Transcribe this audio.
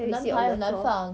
then we sit on the floor